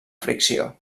fricció